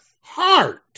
heart